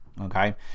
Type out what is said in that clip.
Okay